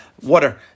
water